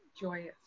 joyous